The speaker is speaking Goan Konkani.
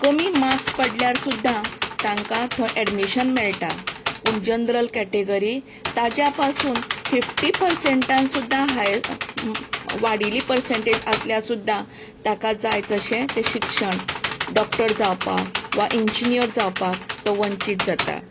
कमी मार्क्स पडल्यार सुद्दां तांकां थंय ऍडमीशन मेळटा पूण जनरल कॅटेगरी ताच्या पसून फिफ्टी पर्सेंनटान सुद्दां हायर वाडिल्ली पर्संनटेज आसल्यार सुद्दां ताका जाय तशे ते शिक्षण डॉक्टर जावपाक वा इंजिनीयर जावपाक तो वंचीत जाता